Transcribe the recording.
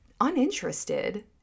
uninterested